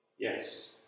Yes